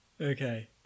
Okay